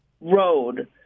road